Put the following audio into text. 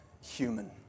human